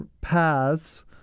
paths